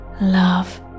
love